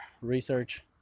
research